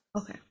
Okay